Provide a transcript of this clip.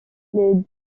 les